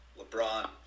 LeBron